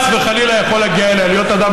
כי הונחה היום על שולחן הכנסת,